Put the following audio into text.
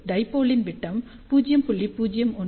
டைபோலின் விட்டம் 0